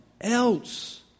else